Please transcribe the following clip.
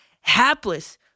hapless